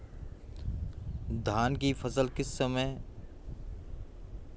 धान की फसल किस मौसम में उगाई जाती है?